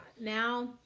now